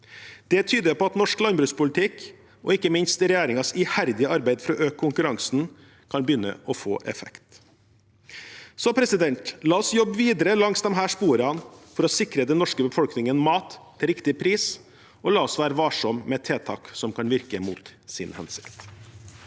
Det tyder på at norsk landbrukspolitikk, og ikke minst regjeringens iherdige arbeid for å øke konkurransen, kan begynne å få effekt. La oss jobbe videre langs disse sporene for å sikre den norske befolkningen mat til riktig pris, og la oss være varsomme med tiltak som kan virke mot sin hensikt.